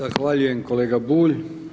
Zahvaljujem kolega Bulj.